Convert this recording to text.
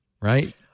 right